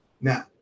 Now